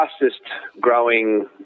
fastest-growing